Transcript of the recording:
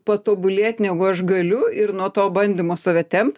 patobulėt negu aš galiu ir nuo to bandymo save tempt